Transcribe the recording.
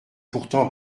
pourtant